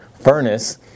furnace